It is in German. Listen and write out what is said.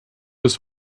des